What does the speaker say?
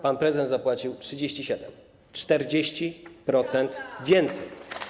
Pan prezydent zapłacił 37. 40% więcej.